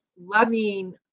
loving